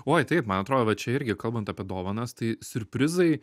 oi taip man atrodo va čia irgi kalbant apie dovanas tai siurprizai